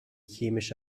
chemische